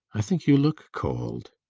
i think you look cold.